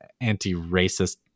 anti-racist